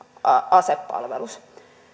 asepalvelus